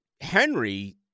Henry—